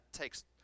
takes